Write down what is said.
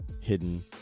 hidden